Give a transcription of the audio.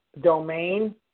domain